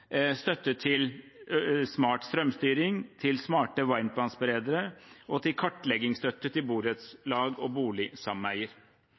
støtte til solcellepanel, støtte til smart strømstyring, støtte til smarte varmtvannsberedere og kartleggingsstøtte til